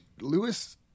Lewis